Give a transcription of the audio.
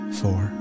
four